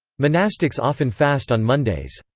monastics often fast on mondays.